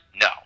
No